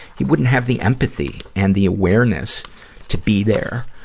he wouldn't have the empathy and the awareness to be there,